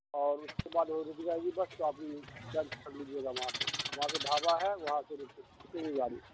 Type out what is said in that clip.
اور اس کے وہ بعد رک جائے گی بس تو آپ کر دیجیے گا وہاں پہ وہاں پہ ڈھابہ ہے وہاں پہ رکے گی گاڑی